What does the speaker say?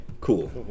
cool